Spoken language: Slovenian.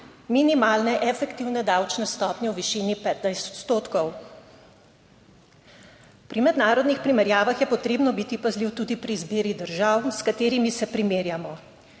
minimalne efektivne davčne stopnje v višini 15 odstotkov. Pri mednarodnih primerjavah je potrebno biti pazljiv tudi pri izbiri držav, s katerimi se primerjamo.